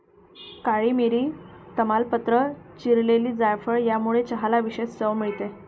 काळी मिरी, तमालपत्र, चिरलेली जायफळ यामुळे चहाला विशेष चव मिळते